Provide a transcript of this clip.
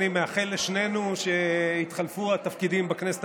אני מאחל לשנינו שיתחלפו התפקידים בכנסת